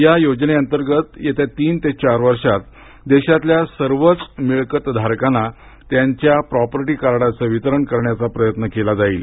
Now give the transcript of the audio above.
या योजनेंतर्गत येत्या तीन चार वर्षात देशातील सर्वच मिळकतधारकांना त्यांच्या प्रॅपटी कार्डाचे वितरण करण्याचा प्रयत्न केला जाईल